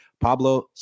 Pablo